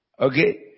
Okay